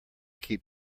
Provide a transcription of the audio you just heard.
keep